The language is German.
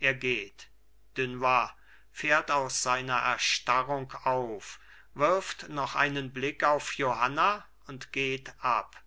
er geht dunois fährt aus seiner erstarrung auf wirft noch einen blick auf johanna und geht ab